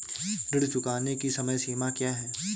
ऋण चुकाने की समय सीमा क्या है?